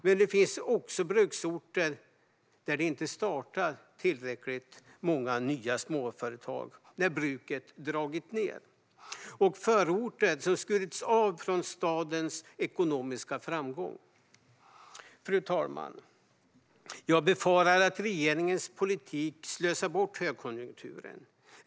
Men det finns också bruksorter där det inte startar tillräckligt många nya småföretag när bruket dragit ned, och det finns förorter som skurits av från stadens ekonomiska framgång. Fru talman! Jag befarar att regeringens politik slösar bort högkonjunkturen.